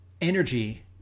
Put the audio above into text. energy